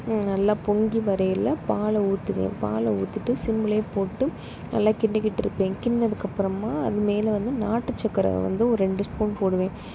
நல்லா பொங்கி வரையில் பாலை ஊற்றுவேன் பாலை ஊற்றிட்டு சிம்லையே போட்டு நல்லா கிண்டிக்கிட்டு இருப்பேன் கிண்டுனதுக்கு அப்புறமா அது மேலே வந்து நாட்டு சர்க்கரை வந்து ஒரு ரெண்டு ஸ்பூன் போடுவேன்